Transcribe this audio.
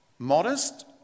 Modest